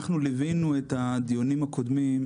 ליווינו את הדיונים הקודמים,